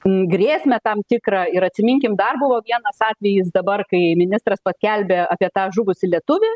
grėsmę tam tikrą ir atsiminkim dar buvo vienas atvejis dabar kai ministras paskelbė apie tą žuvusį lietuvį